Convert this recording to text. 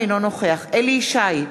אינו נוכח אליהו ישי,